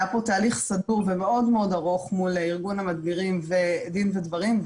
היה פה תהליך סדור ומאוד ארוך מול ארגון המדבירים ודין ודברים,